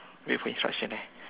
wait for instructions eh